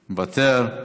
מוותר,